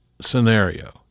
scenario